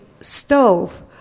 stove